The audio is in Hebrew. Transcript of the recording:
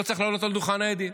לא צריך לעלות על דוכן העדים,